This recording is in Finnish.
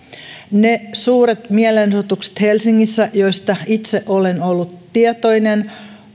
ne suuret mielenosoitukset helsingissä joista itse olen ollut tietoinen